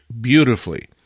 beautifully